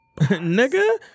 Nigga